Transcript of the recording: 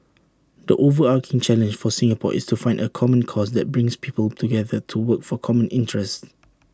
the overarching challenge for Singapore is to find A common cause that brings people together to work for common interests